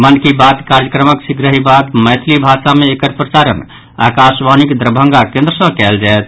मन की बात कार्यक्रमक शीघ्रहि बाद मैथिली भाषा मे एकर प्रसारण आकाशवाणीक दरभंगा केन्द्र सँ कयल जायत